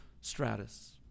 stratus